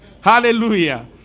Hallelujah